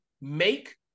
make